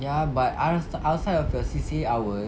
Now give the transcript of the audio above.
ya but out~ outside of the C_C_A hours